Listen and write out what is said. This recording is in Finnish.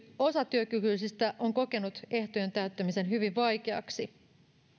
osatyökykyisistä on kokenut ehtojen täyttämisen hyvin vaikeaksi